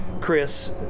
Chris